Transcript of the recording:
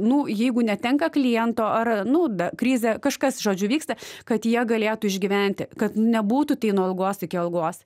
nu jeigu netenka kliento ar nu da krizė kažkas žodžiu vyksta kad jie galėtų išgyventi kad nebūtų tai nuo algos iki algos